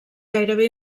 gairebé